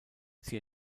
sie